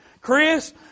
Chris